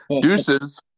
Deuces